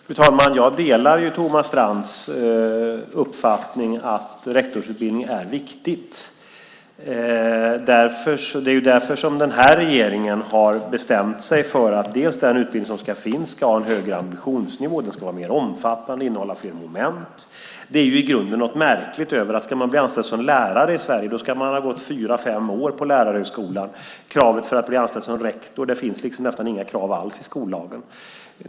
Fru talman! Jag delar Thomas Strands uppfattning att rektorsutbildning är viktigt. Det är därför som den här regeringen har bestämt sig för att den utbildning som finns ska ha en högre ambitionsnivå. Den ska vara mer omfattande, innehålla fler moment. I grunden är det märkligt att man om man ska bli anställd som lärare i Sverige ska ha gått fyra fem år på lärarhögskolan, medan det för att bli rektor nästan inte finns några krav alls i skollagen.